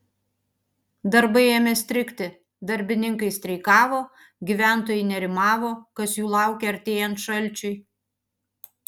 darbai ėmė strigti darbininkai streikavo gyventojai nerimavo kas jų laukia artėjant šalčiui